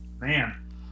man